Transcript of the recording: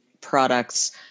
products